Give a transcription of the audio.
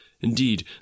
Indeed